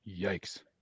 yikes